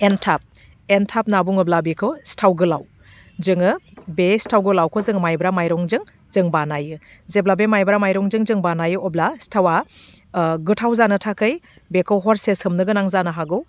एन्थाब एन्थाब होन्ना बुङोब्ला बिखौ सिथाव गोलाव जोङो बे सिथाव गोलावखौ जोङो माइब्रा माइरंजों जों बानायो जेब्ला बे माइब्रा माइरंजों जों बानायो अब्ला सिथावा गोथाव जानो थाखै बेखौ हरसे सोमनो गोनां जानो हागौ